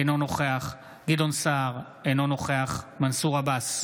אינו נוכח גדעון סער, אינו נוכח מנסור עבאס,